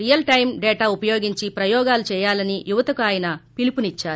real time data ఉపయోగించి ప్రయోగాలు చేయాలని యువతకు ఆయన పిలుపునిచ్చారు